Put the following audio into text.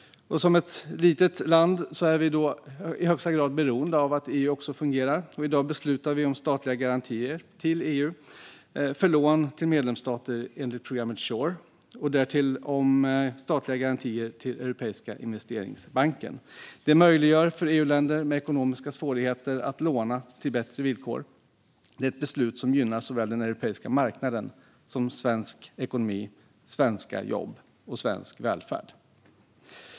Som ett litet land är vi i högsta grad beroende av att EU fungerar. Och i dag ska vi besluta om statliga garantier till EU för lån till medlemsstater enligt programmet SURE. Därtill ska vi besluta om statliga garantier till Europeiska investeringsbanken. Det möjliggör för EU-länder med ekonomiska svårigheter att låna till bättre villkor. Det är ett beslut som gynnar såväl den europeiska marknaden som svensk ekonomi, svenska jobb och svensk välfärd.